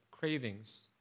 Cravings